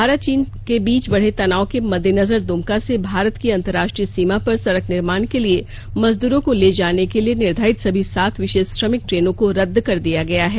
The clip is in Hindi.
भारत चीन के बीच बढ़े तनाव के मद्देनजर दुमका से भारत की अंतर्राष्ट्रीय सीमा पर सड़क निर्माण के लिए मजदूरों को ले जाने के लिए निर्घारित सभी सात विशेष श्रमिक ट्रेनों को रद्द कर दिया गया है